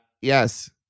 Yes